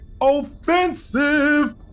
offensive